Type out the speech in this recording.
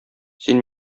син